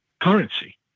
currency